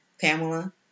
Pamela